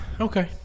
Okay